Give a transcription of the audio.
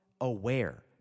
aware